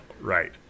right